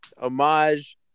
homage